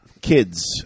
kids